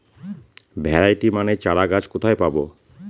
Variety মানের চারাগাছ কোথায় পাবো?